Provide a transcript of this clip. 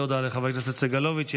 תודה לחבר הכנסת סגלוביץ'.